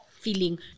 feeling